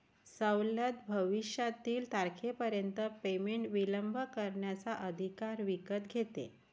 सवलत भविष्यातील तारखेपर्यंत पेमेंट विलंब करण्याचा अधिकार विकत घेते